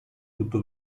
tutto